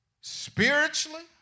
spiritually